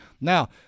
Now